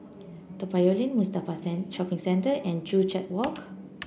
Toa Payoh Lane Mustafa Shopping Centre and Joo Chiat Walk